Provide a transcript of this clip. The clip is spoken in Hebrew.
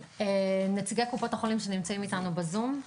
נציגי קופות החולים שנמצאים אתנו בזום.